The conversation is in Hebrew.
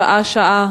שעה-שעה,